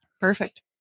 Perfect